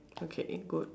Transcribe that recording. okay good